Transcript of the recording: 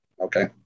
Okay